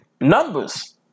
Numbers